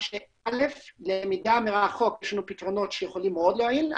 שיש לנו פתרונות ללמידה מרחוק שיכולים מאוד להועיל,